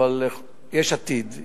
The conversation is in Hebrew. אבל יש עתיד,